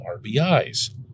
RBIs